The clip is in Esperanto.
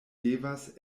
devas